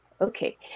Okay